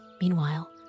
Meanwhile